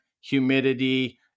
humidity